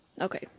okay